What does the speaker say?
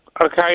Okay